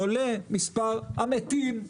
עולה מספר המתים,